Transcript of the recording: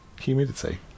humidity